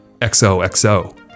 XOXO